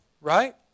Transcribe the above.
Right